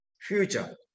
future